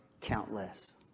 countless